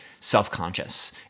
self-conscious